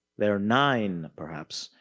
there are nine, perhaps,